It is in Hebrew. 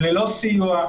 ללא סיוע,